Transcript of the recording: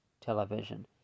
television